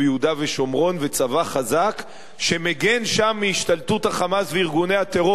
ושומרון וצבא חזק שמגן שם מהשתלטות ה"חמאס" וארגוני הטרור.